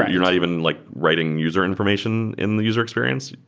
you're not even like writing user information in the user experience.